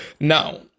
Now